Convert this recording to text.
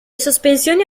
sospensioni